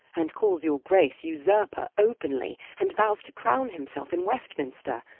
and calles your grace vsurper, openly, and vowes to crowne himselfe in westminster.